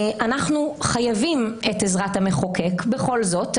אנחנו חייבים את עזרת המחוקק בכל זאת,